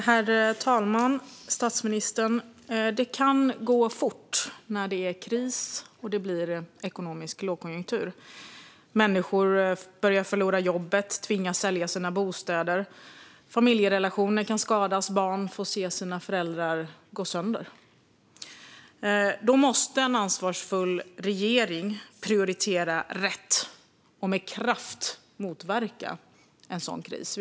Herr talman och statsministern! Det kan gå fort när det är kris och det blir lågkonjunktur. Människor börjar förlora jobbet och tvingas sälja sina bostäder, familjerelationer kan skadas och barn får se sina föräldrar gå sönder. Då måste en ansvarsfull regering prioritera rätt och med kraft motverka en sådan kris.